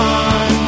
on